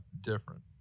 different